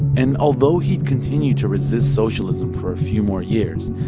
and although he'd continue to resist socialism for a few more years,